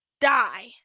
die